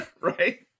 Right